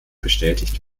bestätigt